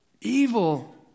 Evil